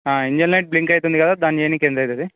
engine light blink అవుతుంది కదా దానికి చేయడానీకి ఏం లేదా ఇది